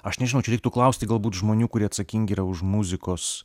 aš nežinau čia reiktų klausti galbūt žmonių kurie atsakingi yra už muzikos